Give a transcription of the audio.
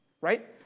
right